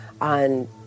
on